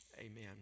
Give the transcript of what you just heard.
Amen